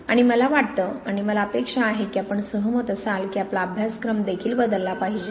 आणि मला वाटतं आणि मला अपेक्षा आहे की आपण सहमत असाल की आपला अभ्यासक्रम देखील बदलला पाहिजे